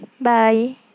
bye